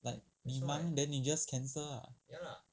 like 你忙 then 你 just cancel ah